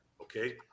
okay